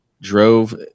drove